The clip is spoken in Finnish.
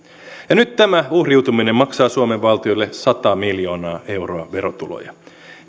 ja nyt tämä uhriutuminen maksaa suomen valtiolle sata miljoonaa euroa verotuloja